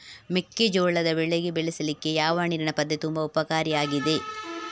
ಮೆಕ್ಕೆಜೋಳದ ಬೆಳೆ ಬೆಳೀಲಿಕ್ಕೆ ಯಾವ ನೀರಿನ ಪದ್ಧತಿ ತುಂಬಾ ಉಪಕಾರಿ ಆಗಿದೆ?